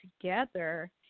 together